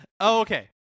okay